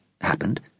happened